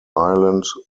ireland